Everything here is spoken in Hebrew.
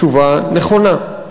תשובה נכונה.